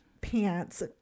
pants